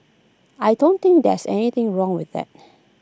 I don't think there's anything wrong with that